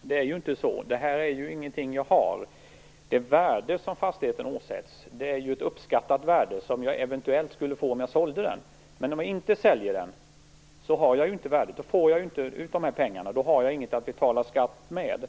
Men det är ju inte så. Fastigheten är inget värde som man har. Det värde som fastigheten åsätts är ett uppskattat värde som man eventuellt skulle få om man sålde den. Men om man inte säljer den har man inte detta värde, får inte ut dessa pengar och har inget att betala skatt med.